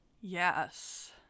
yes